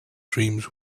dreams